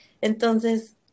Entonces